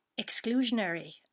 exclusionary